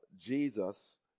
Jesus